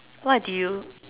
what did you